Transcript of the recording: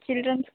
childrens